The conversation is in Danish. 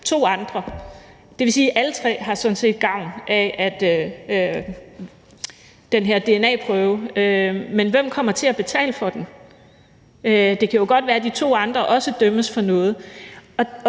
to andre. Det vil sige, at alle tre sådan set har gavn af den her dna-prøve, men hvem kommer til at betale for den? Det kan jo godt være, at de to andre også dømmes for noget,